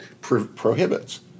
prohibits